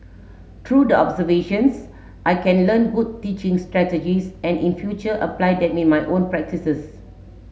through the observations I can learn good teaching strategies and in future apply them in my own practices